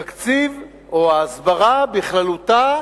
תקציב, או ההסברה בכללותה,